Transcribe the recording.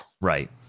Right